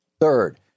Third